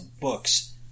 books